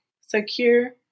secure